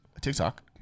TikTok